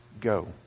go